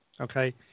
Okay